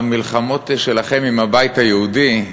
המלחמות שלכם עם הבית היהודי,